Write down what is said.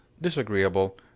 disagreeable